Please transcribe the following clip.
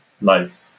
life